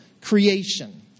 creation